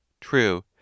true